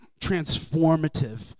transformative